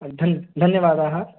धन् धन्यवादाः